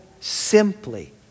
simply